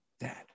dad